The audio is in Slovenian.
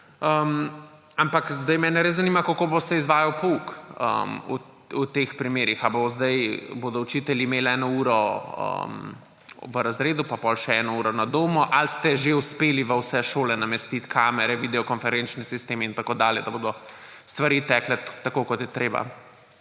Ampak zdaj mene res zanima, kako se bo izvajal pouk v teh primerih. Ali bodo učitelji imeli eno uro v razredu pa potem še eno uro na domu ali ste že uspeli v vse šole namestiti kamere, videokonferenčne sisteme in tako dalje, da bodo stvari tekle tako, kot je treba?